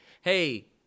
hey